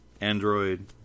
android